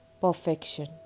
perfection